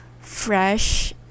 fresh